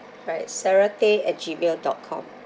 right sarah tay at Gmail dot com